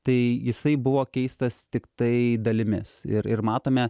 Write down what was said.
tai jisai buvo keistas tiktai dalimis ir ir matome